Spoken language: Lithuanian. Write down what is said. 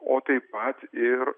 o taip pat ir